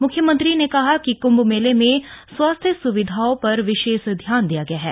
मुख्यमंत्री ने कहा कि क्म्भ मेले में स्वास्थ्य स्विधाओं पर विशेष ध्यान दिया गया है